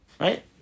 Right